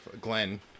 Glenn